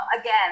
again